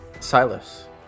Silas